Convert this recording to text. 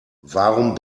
warum